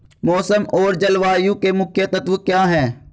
मौसम और जलवायु के मुख्य तत्व क्या हैं?